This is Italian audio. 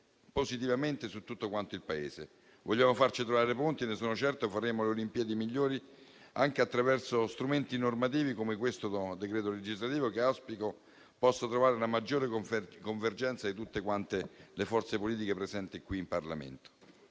positivamente su tutto il Paese. Vogliamo farci trovare pronti e sono certo che faremo le olimpiadi migliori, anche attraverso strumenti normativi come il presente decreto-legge, che auspico possa trovare la maggiore convergenza di tutte le forze politiche presenti in Parlamento.